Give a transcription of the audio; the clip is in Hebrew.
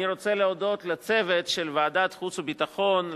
אני רוצה להודות לצוות של ועדת החוץ והביטחון,